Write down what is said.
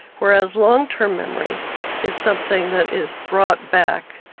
whereas long-term memory is something that is brought back,